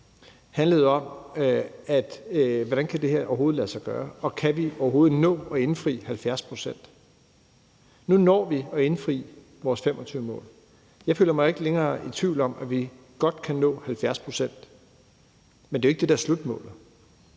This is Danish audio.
handlede om, hvordan det her overhovedet kan lade sig gøre, og om vi overhovedet kan nå at indfri de 70 pct. Nu når vi at indfri vores 2025-mål. Jeg føler mig ikke længere i tvivl om, at vi godt kan nå de 70 pct., men det er jo ikke det, der er slutmålet.